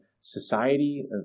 society